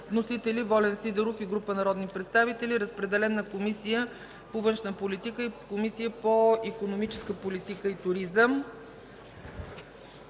Волен Сидеров и група народни представители. Разпределен е на Комисията по външна политика и Комисията по икономическата политика и туризъм.